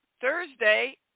Thursday